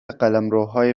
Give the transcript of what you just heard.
قلمروهای